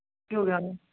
ਕੀ ਹੋ ਗਿਆ ਉਹਨੂੰ